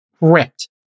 ripped